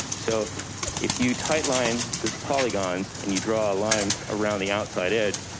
so if you tight line those polygons and you draw a line around the outside edge,